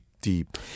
deep